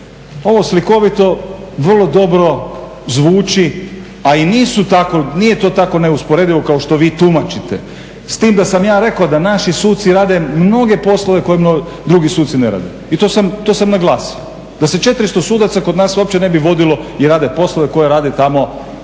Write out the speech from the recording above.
Ovo slikovito vrlo dobro zvuči, a i nije to tako neusporedivo kao što vi tumačite. S tim da sam ja rekao da naši suci rade mnoge poslove koje drugi suci ne rade i to sam naglasio, da se 400 sudaca kod nas uopće ne bi vodilo i rade poslove koje rade tamo